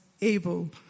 able